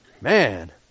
man